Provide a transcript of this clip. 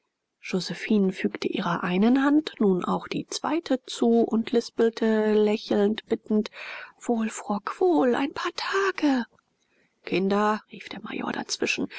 josephine fügte ihrer einen hand nun auch die zweite zu und lispelte lächelnd bittend wohl frock wohl ein paar tage kinder rief der major dazwischen